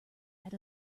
had